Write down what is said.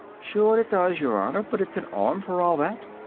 shure, it does, yer honour, but it's an arm for all that.